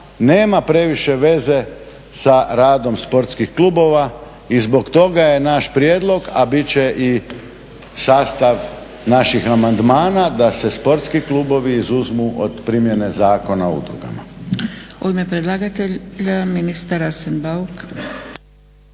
nema previše veze sa radom sportskih klubova i zbog toga je naš prijedlog, a bit će i sastav naših amandmana da se sportski klubovi izuzmu od primjene Zakona o udrugama.